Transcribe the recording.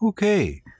Okay